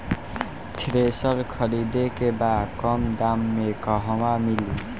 Thresher खरीदे के बा कम दाम में कहवा मिली?